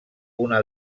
una